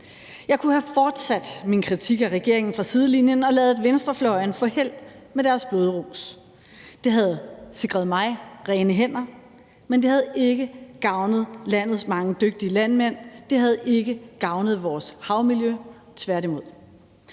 Jeg kunne have fortsat min kritik af regeringen fra sidelinjen og ladet venstrefløjen få held med deres blodrus. Det havde sikret mig rene hænder, men det havde ikke gavnet landets mange dygtige landmænd, og det havde ikke gavnet vores havmiljø, tværtimod.